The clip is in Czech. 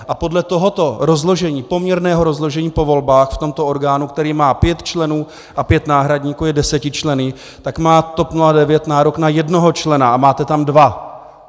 A podle tohoto rozložení, poměrného rozložení po volbách, v tomto orgánu, který má 5 členů a 5 náhradníků, je 10členný, tak má TOP 09 nárok na jednoho člena, a máte tam dva.